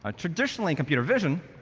ah traditionally, in computer vision,